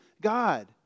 God